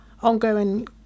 ongoing